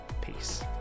peace